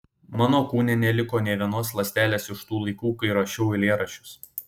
mano kūne neliko nė vienos ląstelės iš tų laikų kai rašiau eilėraščius